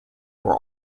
were